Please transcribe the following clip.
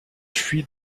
fuit